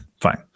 fine